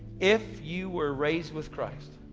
if you were raised with christ,